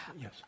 Yes